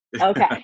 okay